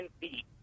feet